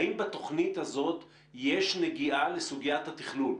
האם בתוכנית הזאת יש נגיעה לסוגיית התכלול?